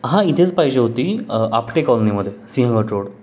हां इथेच पाहिजे होती आपटे कॉलनीमध्ये सिंहगड रोड